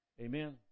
Amen